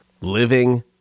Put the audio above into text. Living